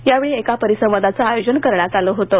यावेळी एका परिसंवादाचं आयोजन करण्यात आलं होतं